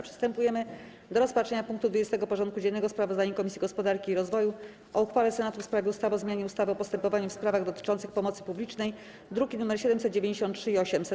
Przystępujemy do rozpatrzenia punktu 20. porządku dziennego: Sprawozdanie Komisji Gospodarki i Rozwoju o uchwale Senatu w sprawie ustawy o zmianie ustawy o postępowaniu w sprawach dotyczących pomocy publicznej (druki nr 793 i 800)